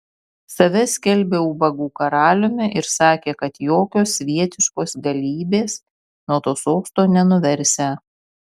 save skelbė ubagų karaliumi ir sakė kad jokios svietiškos galybės nuo to sosto nenuversią